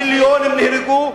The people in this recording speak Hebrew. מיליונים נהרגו,